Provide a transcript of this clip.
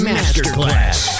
Masterclass